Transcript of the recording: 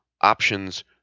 Options